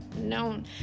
known